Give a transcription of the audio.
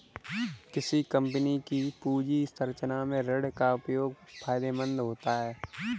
किसी कंपनी की पूंजी संरचना में ऋण का उपयोग फायदेमंद होता है